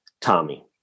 Tommy